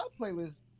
playlist